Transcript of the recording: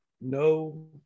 no